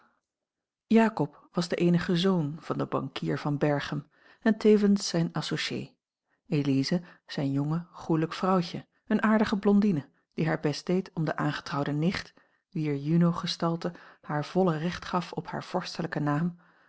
jakob was de eenige zoon van den bankier van berchem en tevens zijn associé elize zijn jong goelijk vrouwtje eene aardige blondine die haar best deed om de aangetrouwde nicht wier junogestalte haar volle recht gaf op haar vorstelijken naam